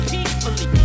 Peacefully